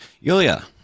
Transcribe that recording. Yulia